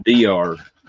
DR